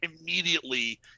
immediately